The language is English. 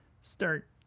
start